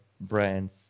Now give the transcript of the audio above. brands